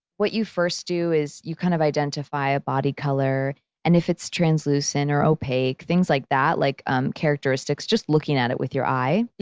what you first do is you kind of identify a body color and if it's translucent or opaque, things like that like um characteristics, just looking at it with your eye.